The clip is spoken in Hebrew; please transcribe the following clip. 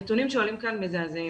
הנתונים שעולים כאן מזעזעים.